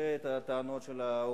דוחה את הטענות של האופוזיציה.